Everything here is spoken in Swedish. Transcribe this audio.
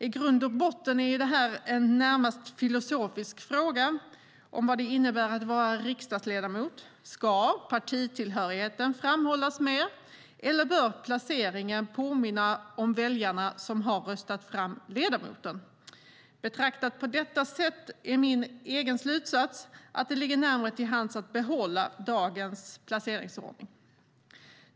I grund och botten är det en närmast filosofisk fråga om vad det innebär att vara riksdagsledamot. Ska partitillhörigheten framhållas mer, eller bör placeringen påminna om väljarna som har röstat fram ledamoten? Betraktat på detta sätt är min egen slutsats att det ligger närmare till hands att behålla dagens placeringsordning.